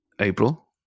April